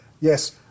Yes